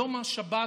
יום השבת